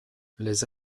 les